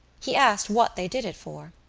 he asked what they did it for.